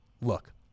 look